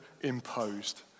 imposed